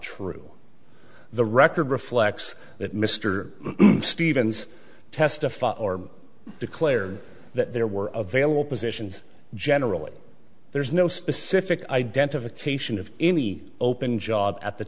true the record reflects that mr stevens testified or declared that there were available positions generally there's no specific identification of any open job at the